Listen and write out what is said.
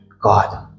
God